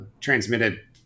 transmitted